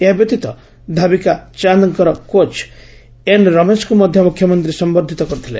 ଏହା ବ୍ୟତୀତ ଧାବିକା ଚାଦଙ୍କର କୋଚ ଏନ ରମେଶଙ୍କୁ ମଧ ମୁଖ୍ୟମନ୍ତୀ ସମର୍ବ୍ବିତ କରିଥିଲେ